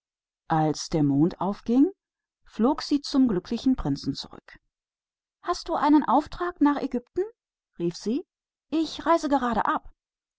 als der mond aufging flog er zurück zu dem glücklichen prinzen hast du irgendwelche aufträge für ägypten rief er ich reise gerade